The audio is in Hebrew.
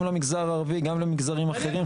גם למגזר הערבי וגם למגזרים האחרים.